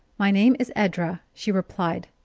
my name is edra, she replied,